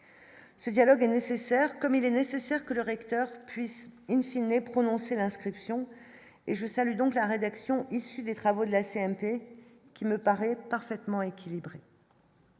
Ce dialogue est nécessaire comme il est nécessaire que le recteur puisse in fine et prononcé l'inscription et je salue donc la rédaction issue des travaux de la CMP, qui me paraît parfaitement équilibré.